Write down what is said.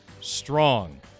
strong